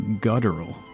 guttural